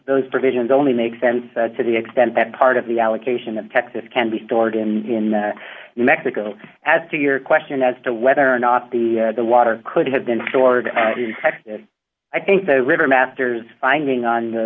provisions only make sense to the extent that part of the allocation of texas can be stored in mexico as to your question as to whether or not the the water could have been stored in texas i think the river masters finding on